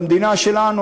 במדינה שלנו,